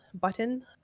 button